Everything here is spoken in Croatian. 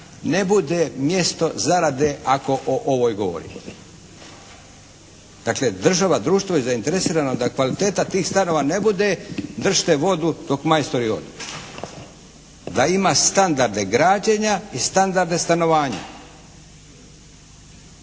ne bude mjesto zarade ako o ovoj govorimo. Dakle, država, društvo je zainteresirano da kvaliteta tih stanova ne bude “držite vodu dok majstori odu“, da ima standarde građenja i standarde stanovanja.